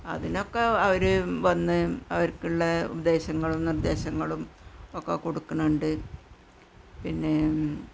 അതിനൊക്കെ അവർ വന്ന് അവര്ക്കുള്ളെ ഉപദേശങ്ങളും നിര്ദേശങ്ങളും ഒക്കെ കൊടുക്കുന്നുണ്ട് പിന്നെ